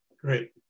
Great